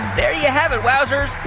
there you have it, wowzers.